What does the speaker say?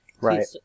Right